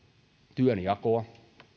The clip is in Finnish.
työnjakoa